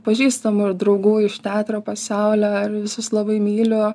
pažįstamų ir draugų iš teatro pasaulio ir visus labai myliu